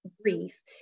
brief